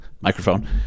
Microphone